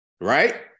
right